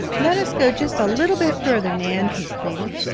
let us go just a little bit further, nan, he pleaded.